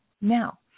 Now